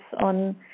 on